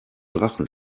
drachen